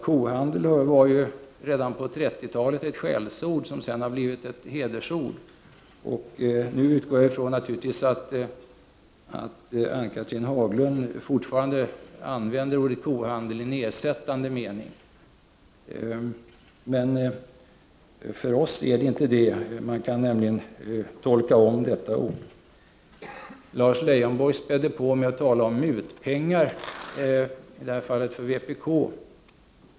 Kohandel var redan på 30-talet ett skällsord, som sedan har blivit ett hedersord. Nu utgår jag naturligtvis från att Ann-Cathrine Haglund fortfarande använder ordet kohandel i nedsättande mening. Men för oss är det inte så. Man kan nämligen tolka om detta ord. Lars Leijonborg spädde på med att tala om mutpengar, i det här fallet för vpk.